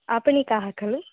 आपणिकाः खलु